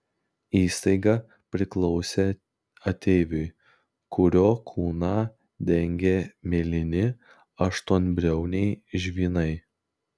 įstaiga priklausė ateiviui kurio kūną dengė mėlyni aštuonbriauniai žvynai